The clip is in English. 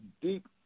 deep